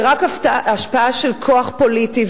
ורק השפעה של כוח פוליטי,